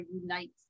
unites